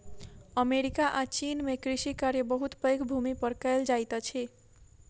America आ चीन में कृषि कार्य बहुत पैघ भूमि पर कएल जाइत अछि